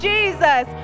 Jesus